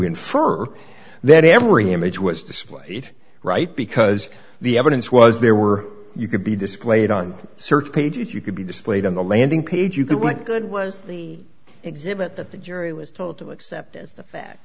infer that every image was displayed right because the evidence was there were you could be displayed on a search page if you could be displayed on the landing page you could what good was the exhibit that the jury was told to accept is th